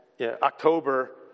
October